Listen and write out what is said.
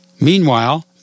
Meanwhile